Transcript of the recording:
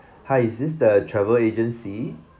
hi is this the travel agency